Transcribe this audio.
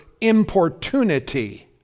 importunity